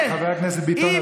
חבר הכנסת ביטון,